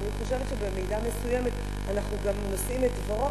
אני חושבת שבמידה מסוימת אנחנו גם נושאים את דברו,